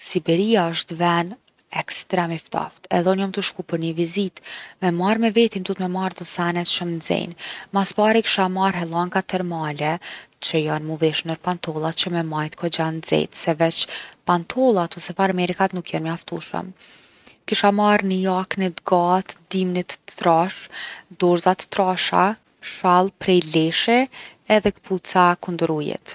Siberia osht ven ekstrem i ftoftë edhe unë jom tu shku për ni vizitë. Me marr me veti m’duhet me marr do sene që m’nxejne. Mas pari kisha marr hellanka termale që jon mu vesh nër pantolla që me m’majt kogja nxeht se veq pantollat ose farmerkat nuk jon mjaftushëm. Kisha marr ni jakne t’gatë t’dimnit t’trashe, dorza t’trasha, shall prej leshi edhe kpuca kundër ujit.